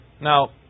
Now